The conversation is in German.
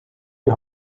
die